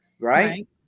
Right